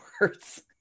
words